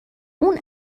اون